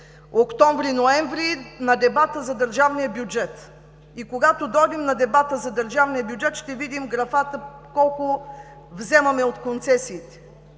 дойдем на дебата за държавния бюджет. Когато дойдем на дебата за държавния бюджет, ще видим графата – колко вземаме от концесиите?